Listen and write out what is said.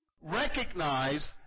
Recognize